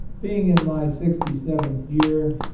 being in my sixty seventh year,